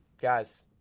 guys